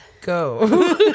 go